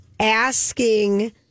asking